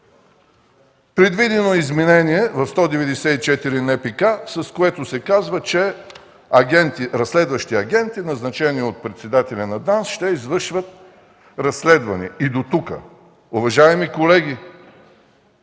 Предвидено е изменение в чл. 194 на НПК, с което се казва, че разследващи агенти, назначени от председателя на ДАНС, ще извършват разследване, и дотук. Уважаеми колеги,